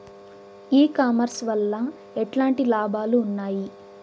ఈ కామర్స్ వల్ల ఎట్లాంటి లాభాలు ఉన్నాయి?